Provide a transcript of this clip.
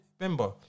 remember